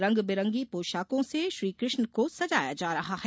रंग बिरंगी पोषाकों से श्रीकृष्ण का सजाया जा रहा है